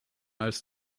als